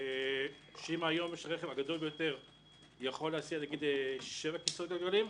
אם היום הרכב הגדול ביותר יכול להסיע למשל שבעה כסאות גלגלים,